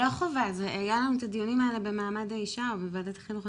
היו את הדיונים האלה במעמד האישה או בוועדת החינוך,